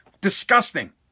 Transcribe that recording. Disgusting